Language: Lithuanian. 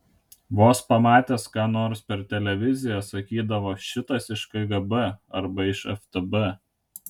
vos pamatęs ką nors per televiziją sakydavo šitas iš kgb arba iš ftb